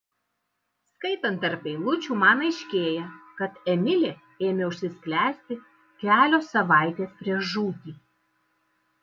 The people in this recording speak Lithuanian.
skaitant tarp eilučių man aiškėja kad emilė ėmė užsisklęsti kelios savaitės prieš žūtį